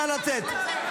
נא לצאת.